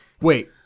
wait